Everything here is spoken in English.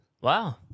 Wow